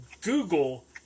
Google